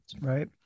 right